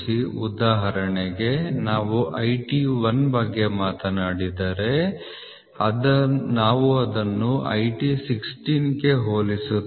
ಉದಾಹರಣೆಗೆ ನಾವು IT 1 ಬಗ್ಗೆ ಮಾತನಾಡಿದರೆ ನಾವು ಅದನ್ನು IT 16 ಕ್ಕೆ ಹೋಲಿಸುತ್ತೇವೆ